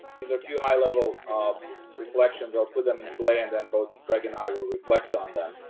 these are a few high-level um reflections. i'll put them in play and then both craig and i will reflect on them.